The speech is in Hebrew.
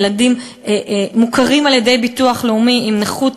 עם ילדים מוכרים על-ידי הביטוח הלאומי עם נכות